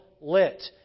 lit